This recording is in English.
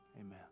amen